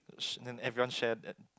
then everyone share that